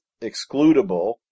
excludable